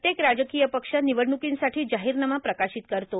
प्रत्येक राजकीय पक्ष निवडणुकींसाठी जाहीरनामा प्रकाशित करतो